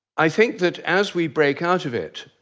i think that as we break out of it,